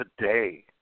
today